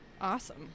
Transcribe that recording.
Awesome